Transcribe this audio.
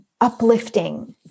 uplifting